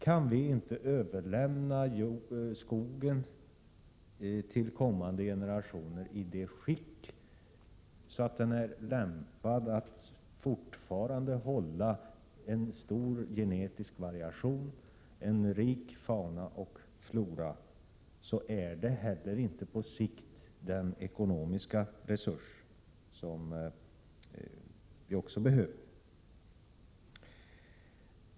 Kan vi inte överlämna skogen till kommande generationer i sådant skick att den är lämpad att fortfarande hålla en genetisk variation, en rik fauna och flora, är den heller inte på sikt den ekonomiska resurs som vi också behöver.